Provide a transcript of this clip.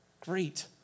Great